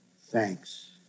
thanks